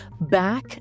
back